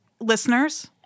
listeners